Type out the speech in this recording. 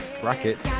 Bracket